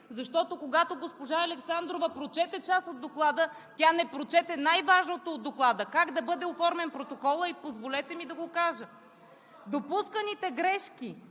Защото, когато госпожа Александрова прочете част от Доклада, тя не прочете най-важното: как да бъде оформен протоколът? Позволете ми да го кажа. „Допусканите грешки